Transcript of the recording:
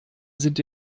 sind